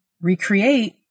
recreate